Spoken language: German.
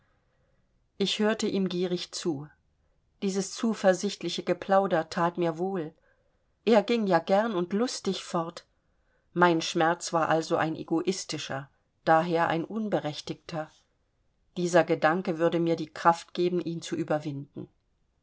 ich hörte ihm gierig zu dieses zuversichtliche geplauder that mir wohl er ging ja gern und lustig fort mein schmerz war also ein egoistischer daher ein unberechtigter dieser gedanke würde mir die kraft geben ihn zu überwinden